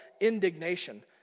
indignation